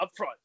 upfront